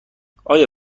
آیا